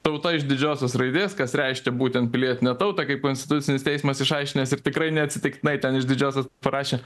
tauta iš didžiosios raidės kas reiškia būtent pilietinę tautą kaip konstitucinis teismas išaiškinęs ir tikrai neatsitiktinai ten iš didžiosios rašė